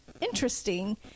interesting